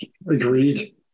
Agreed